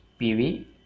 PV